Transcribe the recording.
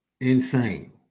insane